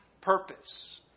purpose